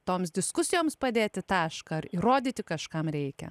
toms diskusijoms padėti tašką ar įrodyti kažkam reikia